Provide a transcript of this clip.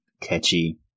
catchy